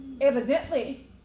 evidently